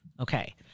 Okay